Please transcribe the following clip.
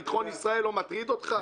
ביטחון ישראל לא מטריד אותך?